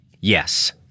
Yes